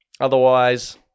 Otherwise